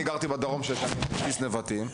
אני גרתי בדרום שנתיים, בבסיס ׳נבטים׳.